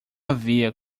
havia